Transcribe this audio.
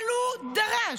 אבל הוא דרש.